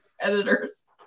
editors